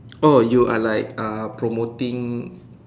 oh you are like uh promoting